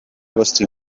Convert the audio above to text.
vostri